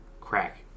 crack